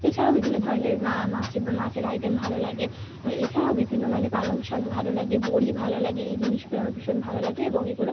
এছাড়াও বিভিন্ন ধরনের মা মাছে মাছের আইটেম ভালো লাগে এছাড়াও বিভিন্ন মানে পালং শাক ভালো লাগে বড়ি ভালো লাগে এই জিনিসগুলো আমার ভীষণ ভালো লাগে এবং এগুলো